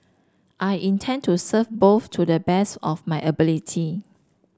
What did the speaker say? I intend to serve both to the best of my ability